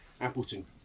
Appleton